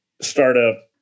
startup